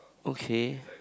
okay